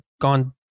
gone